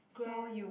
grand